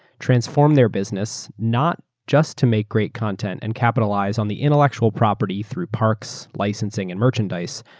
transform their business, not just to make great content and capitalize on the intellectual property through parks, licensing, and merchandise,